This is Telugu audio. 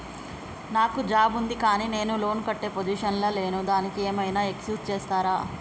నాకు జాబ్ ఉంది కానీ నేను లోన్ కట్టే పొజిషన్ లా లేను దానికి ఏం ఐనా ఎక్స్క్యూజ్ చేస్తరా?